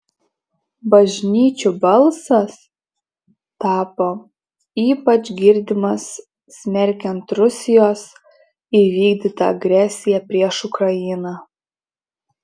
bažnyčių balsas tapo ypač girdimas smerkiant rusijos įvykdytą agresiją prieš ukrainą